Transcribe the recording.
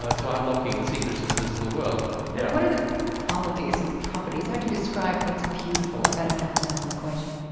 to unlocking the secrets of the physical world yeah what are the qualities and properties how do you describe what's beautiful about a mathematical equation?